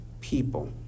people